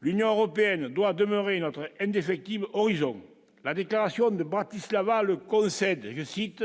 l'Union européenne doit demeurer notre MDC qui me horizon la déclaration de Bratislava le je cite